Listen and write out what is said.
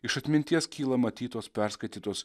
iš atminties kyla matytos perskaitytos